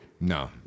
No